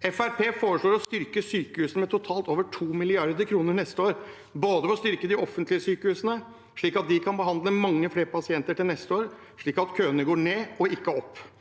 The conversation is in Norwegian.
Fremskrittspartiet foreslår å styrke sykehusene med totalt over 2 mrd. kr neste år, både ved å styrke de offentlige sykehusene – slik at de kan behandle mange flere pasienter til neste år, slik at køene går ned og ikke opp